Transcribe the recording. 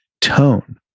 tone